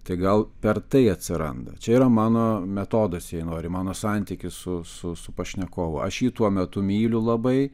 tai gal per tai atsiranda čia yra mano metodas jei nori mano santykis su su su pašnekovu aš jį tuo metu myliu labai